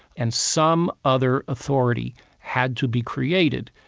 and some other authority had to be created,